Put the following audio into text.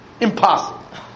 Impossible